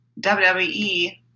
WWE